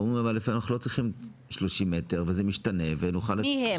הם אומרים שלפעמים הם לא צריכים 30 מטרים אבל זה משתנה -- מי הם?